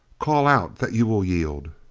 call out that you will yield.